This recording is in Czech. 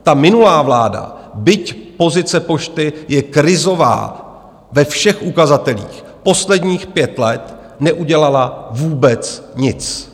Ta minulá vláda, byť pozice pošty je krizová ve všech ukazatelích, posledních pět let neudělala vůbec nic.